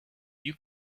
you